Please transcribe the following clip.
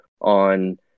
on